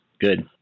Good